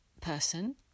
person